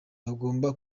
bagomba